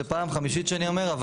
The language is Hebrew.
זו פעם חמישית שאני אומר.